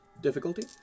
Difficulty